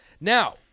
Now